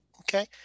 Okay